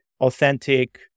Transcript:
authentic